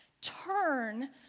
turn